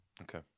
Okay